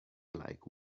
like